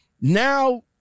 Now